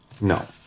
No